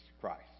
Christ